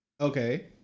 Okay